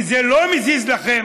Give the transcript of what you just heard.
וזה לא מזיז לכם.